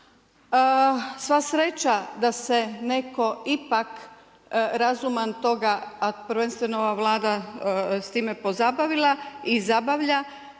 Sva sreća da se netko ipak razuman toga, a prvenstveno ova Vlada s time pozabavila i zabavlja,